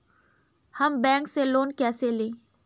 हम बैंक से लोन कैसे लें?